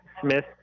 Smith